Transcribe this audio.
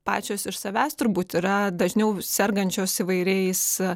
pačios iš savęs turbūt yra dažniau sergančios įvairiais